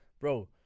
Bro